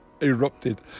erupted